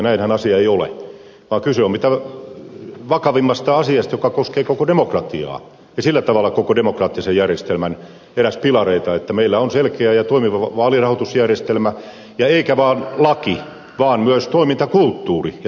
näinhän asia ei ole vaan kyse on mitä vakavimmasta asiasta joka koskee koko demokratiaa ja sillä tavalla on eräs koko demokraattisen järjestelmän pilareita että meillä on selkeä ja toimiva vaalirahoitusjärjestelmä eikä vain laki vaan myös toimintakulttuuri ja toimintatapa